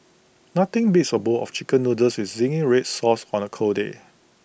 nothing beats A bowl of Chicken Noodles with Zingy Red Sauce on A cold day